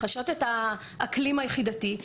חשות את האקלים היחידתי,